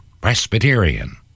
Presbyterian